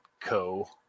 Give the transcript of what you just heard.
co